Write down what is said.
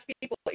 people